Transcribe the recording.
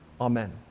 amen